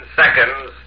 seconds